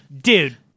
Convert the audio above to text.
dude